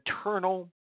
eternal